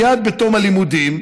מייד בתום הלימודים.